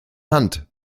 hand